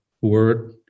word